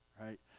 right